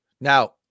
Now